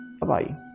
Bye-bye